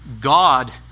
God